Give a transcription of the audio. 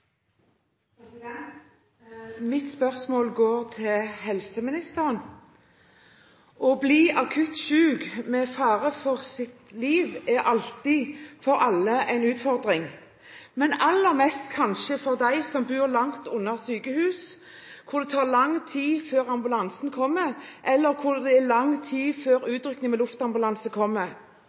alltid for alle en utfordring, men kanskje aller mest for dem som bor langt unna sykehus, hvor det tar lang tid før ambulansen kommer, eller hvor det tar lang tid for utrykning med luftambulanse.